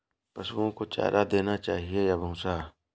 पशुओं को चारा देना चाहिए या भूसा?